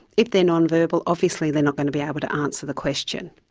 if they are non-verbal obviously they're not going to be able to answer the question.